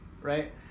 right